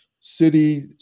city